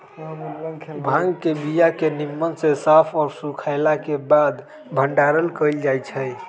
भांग के बीया के निम्मन से साफ आऽ सुखएला के बाद भंडारण कएल जाइ छइ